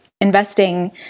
investing